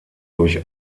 durch